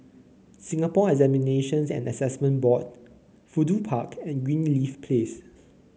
Singapore Examinations and Assessment Board Fudu Park and Greenleaf Place